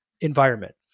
environment